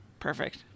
Perfect